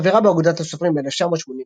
חברה באגודת הסופרים מ-1983,